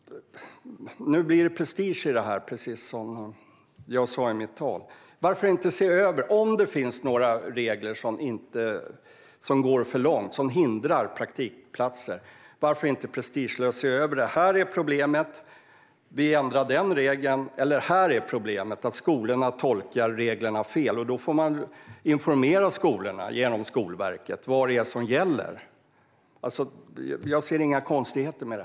Nu blir det prestige i detta, precis som jag sa i mitt anförande. Om det finns regler som går för långt och som hindrar prao, varför inte prestigelöst se över dem? Om det finns problem får man ändra regeln. Om skolorna tolkar reglerna fel får Skolverket informera skolorna om vad som gäller. Jag ser inga konstigheter i det.